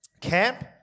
camp